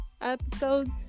episodes